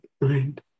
mind